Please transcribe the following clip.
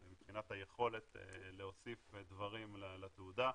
מבחינת היכולת להוסיף דברים לתעודה,